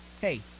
hey